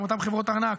אותן חברות ארנק